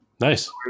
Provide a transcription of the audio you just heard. Nice